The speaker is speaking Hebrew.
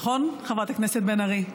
נכון, חברת הכנסת בן ארי?